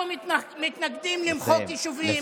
אנחנו מתנגדים למחוק יישובים,